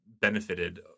benefited